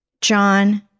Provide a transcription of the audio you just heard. John